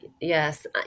yes